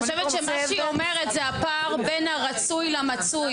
אני חושבת שמה שהיא אומרת זה הפער בין הרצוי למצוי.